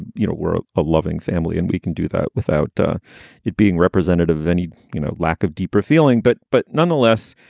you know, we're a loving family and we can do that without it being representative of any, you know, lack of deeper feeling. but but nonetheless,